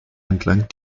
entlang